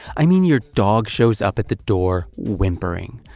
i mean your dog shows up at the door, wimper ing,